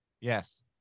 Yes